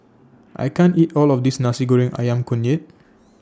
I can't eat All of This Nasi Goreng Ayam Kunyit